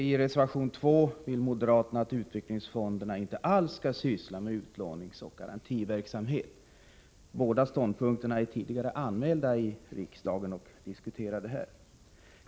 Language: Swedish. I reservation 2 vill moderaterna att utvecklingsfonderna inte alls skall syssla med utlåningsoch garantiverksamhet. Båda ståndpunkterna är tidigare anmälda i riksdagen och diskuterade här.